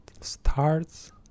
starts